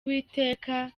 uwiteka